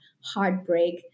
heartbreak